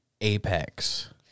Apex